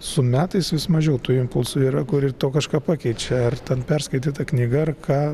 su metais vis mažiau tų impulsų yra kur ir tau kažką pakeičia ar ten perskaityta knyga ar ką